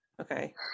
okay